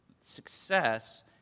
success